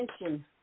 attention